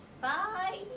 Bye